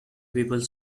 people